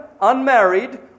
unmarried